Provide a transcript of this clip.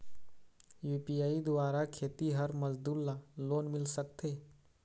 UPI द्वारा खेतीहर मजदूर ला लोन मिल सकथे?